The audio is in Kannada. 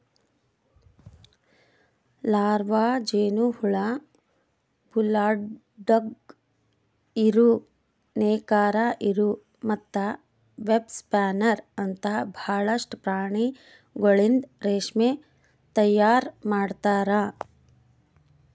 ಲಾರ್ವಾ, ಜೇನುಹುಳ, ಬುಲ್ಡಾಗ್ ಇರು, ನೇಕಾರ ಇರು ಮತ್ತ ವೆಬ್ಸ್ಪಿನ್ನರ್ ಅಂತ ಭಾಳಷ್ಟು ಪ್ರಾಣಿಗೊಳಿಂದ್ ರೇಷ್ಮೆ ತೈಯಾರ್ ಮಾಡ್ತಾರ